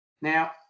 Now